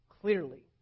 clearly